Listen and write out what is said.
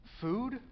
food